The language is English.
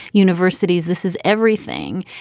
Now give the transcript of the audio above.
universities, this is everything.